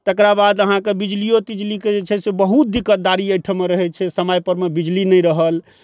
तकर बाद अहाँके बिजलिओ तिजलीके जे छै से बहुत दिक्कतदारी एहिठाम रहै छै समयपरमे बिजली नहि रहल